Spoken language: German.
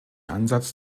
ansatz